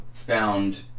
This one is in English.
Found